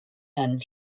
and